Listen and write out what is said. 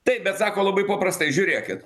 taip bet sako labai paprastai žiūrėkit